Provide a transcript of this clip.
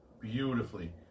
beautifully